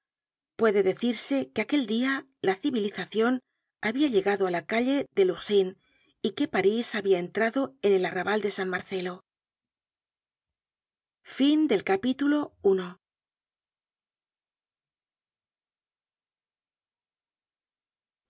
puede decirse que aquel dia la civilizacion habia llegado á la calle del ourcine y que parís habia entrado en el arrabal de san marcelo content from